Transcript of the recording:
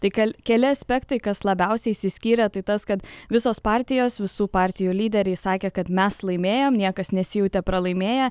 tik keli aspektai kas labiausiai išsiskyrė tai tas kad visos partijos visų partijų lyderiai sakė kad mes laimėjom niekas nesijautė pralaimėję